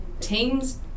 teams